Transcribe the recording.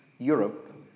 Europe